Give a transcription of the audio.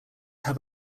have